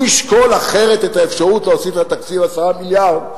הוא ישקול אחרת את האפשרות להוסיף לתקציב 10 מיליארד,